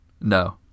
No